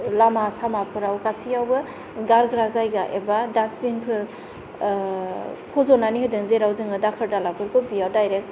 लामा सामाफोराव गासैयावबो गारग्रा जायगा एबा दास्टबिन फोर फज'नानै होदों जेराव जोङो दाखोर दालाफोरखौ बेयाव दायरेक्ट सिदायै थांनानै गारनो हायो